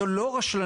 זו לא רשלנות